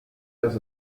los